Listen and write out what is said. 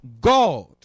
god